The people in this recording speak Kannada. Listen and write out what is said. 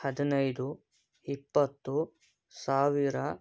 ಹದಿನೈದು ಇಪ್ಪತ್ತು ಸಾವಿರ